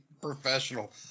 professional